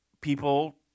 people